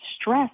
stress